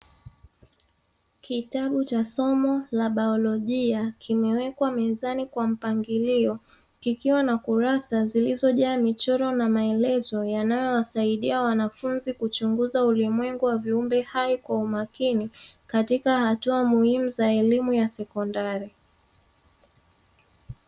Kitabu cha somo la baolojia kimewekwa mezani kwa mpangilio kikiwa na kurasa zilizojaa michoro, na maelezo yanayowasaidia wanafunzi kuchunguza ulimwengu wa viumbe hai kwa umakini katika hatua muhimu za elimu ya sekondari.